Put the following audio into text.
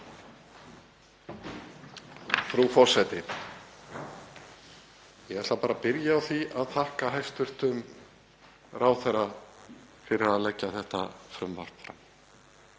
Frú forseti. Ég ætla bara að byrja á því að þakka hæstv. ráðherra fyrir að leggja þetta frumvarp fram.